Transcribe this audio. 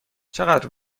چقدر